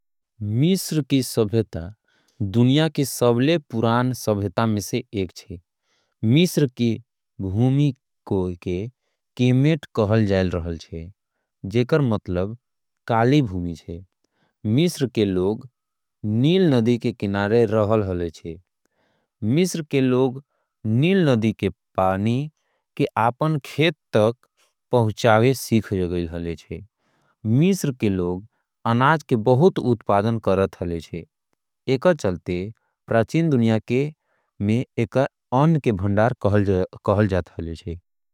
मिश्र की सभ्यता दुनिया के सबले पुरान सभ्यता में एक छे। मिश्र के भूमि के केमेथ कहल जाय छे जेके मतलब काली। भूमि छे मिश्र के लोग नील नदी के किनारे रहल छे मिश्र के। लोग नील नदी के पानी ल अपन खेत तक पहुंचाए सिख गए। रहल छेमिश्र के लोग अनाज के बहुत उत्पादन कराल हेले छे। और प्राचीन दुनिया में अन के भंडार के नाम से जानल जाए रहे छे।